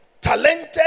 talented